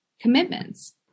commitments